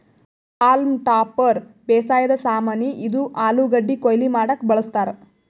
haulm topper ಬೇಸಾಯದ್ ಸಾಮಾನಿ, ಇದು ಆಲೂಗಡ್ಡಿ ಕೊಯ್ಲಿ ಮಾಡಕ್ಕ್ ಬಳಸ್ತಾರ್